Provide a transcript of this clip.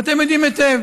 ואתם יודעים היטב